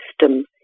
system